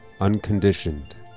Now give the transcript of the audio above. unconditioned